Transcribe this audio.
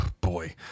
Boy